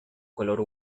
color